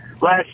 last